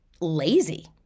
lazy